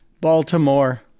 Baltimore